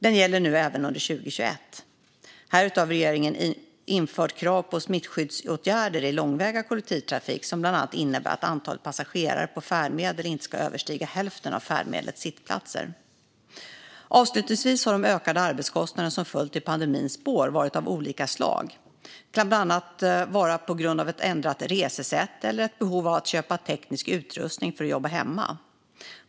Den gäller nu även under 2021. Härutöver har regeringen infört krav på smittskyddsåtgärder i långväga kollektivtrafik som bland annat innebär att antalet passagerare på färdmedel inte ska överstiga hälften av färdmedlets sittplatser. Avslutningsvis har de ökade arbetskostnader som följt i pandemins spår varit av olika slag. Det kan bland annat vara på grund av ett ändrat resesätt eller ett behov av att köpa teknisk utrustning för att jobba hemma.